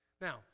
Now